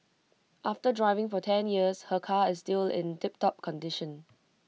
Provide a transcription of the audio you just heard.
after driving for ten years her car is still in tiptop condition